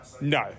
No